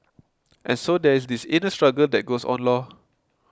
and so there is this inner struggle that goes on lor